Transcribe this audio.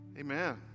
Amen